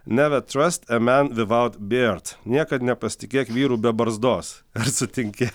neva trast a man vitaut beard niekad nepasitikėk vyru be barzdos ar sutinki